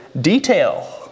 detail